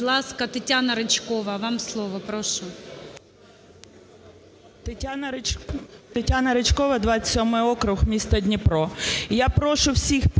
Тетяна Ричкова, 27 округ, місто Дніпро.